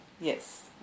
Yes